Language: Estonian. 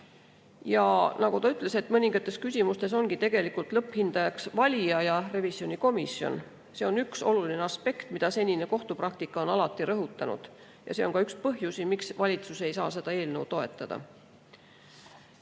Nagu ta ütles, mõningates küsimustes ongi tegelikult lõpphindajaks valija ja revisjonikomisjon. See on üks oluline aspekt, mida senine kohtupraktika on alati rõhutanud, ja see on ka üks põhjusi, miks valitsus ei saa seda eelnõu